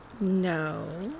No